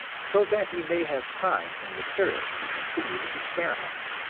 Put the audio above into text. so that he may have time and materials to continue his experiments.